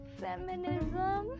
feminism